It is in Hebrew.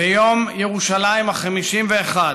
ביום ירושלים ה-51,